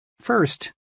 first